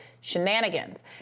shenanigans